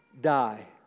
die